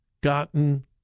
gotten